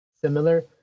similar